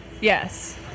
Yes